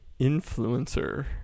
influencer